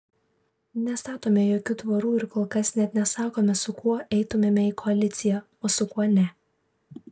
nestatome jokių tvorų ir kol kas net nesakome su kuo eitumėme į koaliciją o su kuo ne